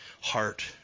heart